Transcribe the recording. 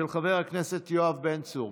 מס' 3025, של חבר הכנסת יואב בן צור.